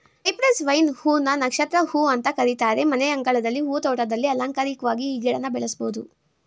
Cyprus vine ಹೂ ನ ನಕ್ಷತ್ರ ಹೂ ಅಂತ ಕರೀತಾರೆ ಮನೆಯಂಗಳದ ಹೂ ತೋಟದಲ್ಲಿ ಅಲಂಕಾರಿಕ್ವಾಗಿ ಈ ಗಿಡನ ಬೆಳೆಸ್ಬೋದು